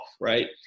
right